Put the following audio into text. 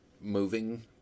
moving